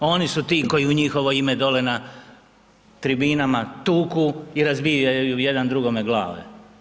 A oni su ti koji u njihovo ime dolje na tribinama tuku i razbijaju jedan drugome glave.